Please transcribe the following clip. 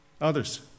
Others